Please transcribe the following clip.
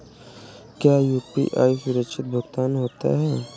क्या यू.पी.आई सुरक्षित भुगतान होता है?